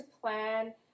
plan